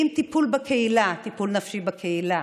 אם לטיפול נפשי בקהילה